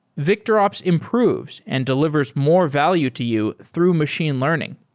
victorops improves and delivers more value to you through machine learning.